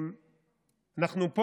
פה,